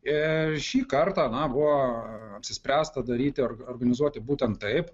ir šį kartą na buvo apsispręsta daryti organizuoti būtent taip